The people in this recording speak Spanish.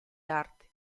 arte